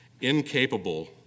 incapable